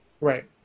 Right